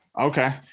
Okay